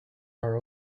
are